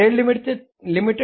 Z Ltd